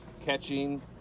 Catching